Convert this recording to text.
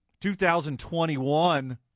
2021